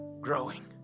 growing